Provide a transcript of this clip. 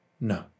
no